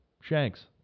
shanks